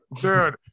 Dude